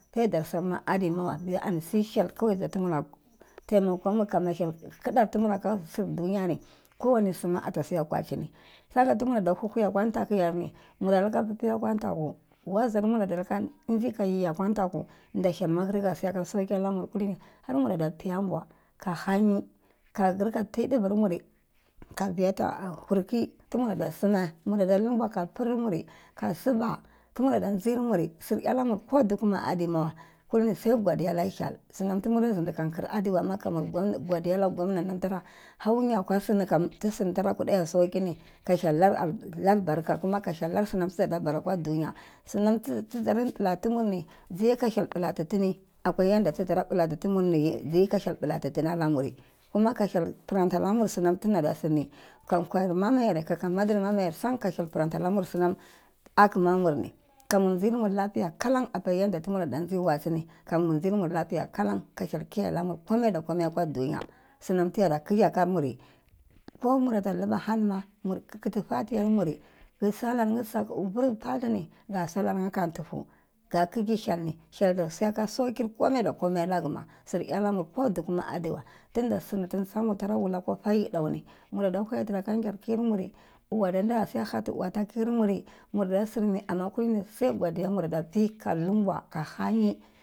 Pedar samma ademawa ani sai hyel taimokni kama hyel kiɗər timuri aka sir dunyani kowani sim ata siya kwacini saka tumura huhue akwa ntaku yerni muda lika pipiyar nkwan ntaku wazamur dar lika njye ka yeh akwa ntaku da hyel siyaka sauki alanur kulini har murada pii ambua ka hanyi ka lika tii əuvarmuri ka viyata kurkey tumarada sumae murada lumbwa ka piir muri ka suba tumara njyermuri su iyalamur ko duku ma adiwae, kulini sai godiya la hyel sunam zindi kamki adewa ama kumaur godiya la gwamnani tare hau nya kwa sini tara kuɗa iya saukini, ka hyyel lar barka kuma ka hyel lar sunam ti zada bara akwa dunya sunam ti zada ɓlatumur ni jiye ka hyel blatitini apa yanda tidara blatimurni jiye ka ka hyel blatina la muri kuma ka hyel plantalamur sunam ti zada hyel ni kan kwayar mamayerni kaka madar mamayer ni sam ka hyel plantalamur sunam akmamurni kamer njyermur lafiya kalan apa yanda tu marada nje watsi ni kamur njyermur lafiya kalana ka hyel kiyaye lamur komai da komai akwa dunya sunan tiyada khigye aka muri ko murata luba hannima munkhkhili fatiyar muri vur patwu ga sallar nye ntufuu ga kigye hyel ni hyel da siyaka sauku komai da komai laguma sur iyalamu ko duku ma adiwea tinda sini tin tsamur fara wula kwa fa yidau ni nurada hwaya tera ka n gyar kiyirmjuri uwa dala siya hatti uwata kiyirnuri murda sirni amma kulinini sai yodiya mura pii ka lumbwa ka hanyi.